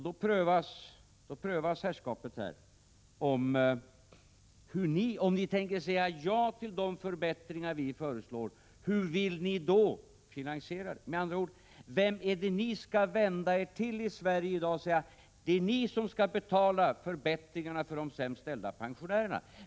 Då prövas herrskapet här. Om ni tänker säga ja till de förbättringar som vi föreslår, hur vill ni då finansiera dem? Med andra ord: Vilka i Sverige är det som ni i så fall skall vända er till och säga att det är de som skall betala förbättringarna för de sämst ställda pensionärerna?